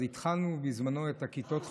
אז התחלנו בזמנו את הכיתות החכמות.